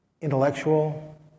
intellectual